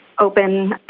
open